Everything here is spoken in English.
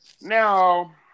Now